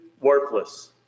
worthless